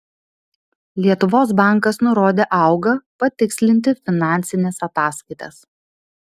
lietuvos bankas nurodė auga patikslinti finansines ataskaitas